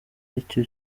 icyo